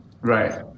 Right